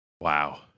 wow